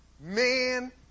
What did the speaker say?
Man